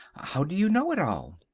how do you know it all?